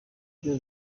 byo